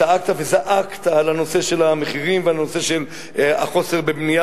צעקת וזעקת על הנושא של המחירים ועל הנושא של החוסר בבנייה,